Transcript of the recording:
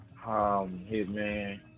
Hitman